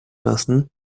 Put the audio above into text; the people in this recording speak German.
lassen